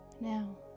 now